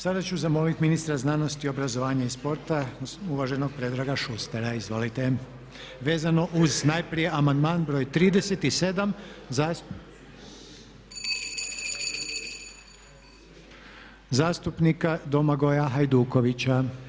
Sada ću zamoliti ministra znanosti, obrazovanja i sporta uvaženog Predraga Šuštara, izvolite, vezano uz najprije amandman br. 37. zastupnika Domagoja Hajdukovića.